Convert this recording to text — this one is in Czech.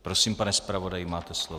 Prosím, pane zpravodaji, máte slovo.